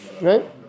right